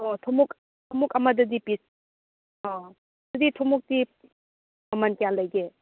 ꯑꯣ ꯊꯨꯝꯃꯣꯛ ꯊꯨꯝꯃꯣꯛ ꯑꯃꯗꯗꯤ ꯄꯤꯁ ꯑꯥ ꯑꯗꯨꯗꯤ ꯊꯨꯝꯃꯣꯛꯇꯤ ꯃꯃꯟ ꯀꯌꯥ ꯂꯩꯒꯦ